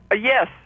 Yes